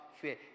fear